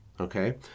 okay